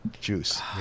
juice